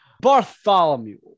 Bartholomew